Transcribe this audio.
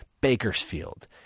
Bakersfield